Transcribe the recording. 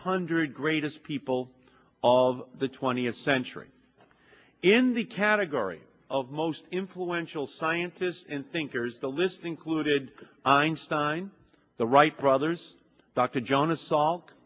hundred greatest people of the twentieth century in the category of most influential scientists and thinkers the list included einstein the wright brothers dr john assault